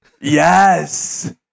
yes